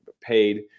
paid